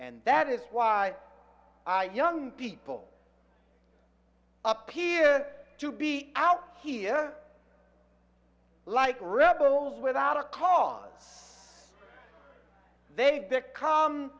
and that is why i young people appear to be out here like rebels without a cause they become